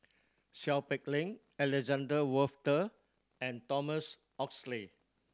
Seow Peck Leng Alexander Wolter and Thomas Oxley